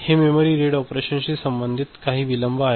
हे memory read ऑपरेशनशी संबंधित काही विलंब आहेत